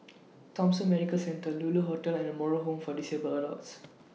Thomson Medical Centre Lulu Hotel and Moral Home For Disabled Adults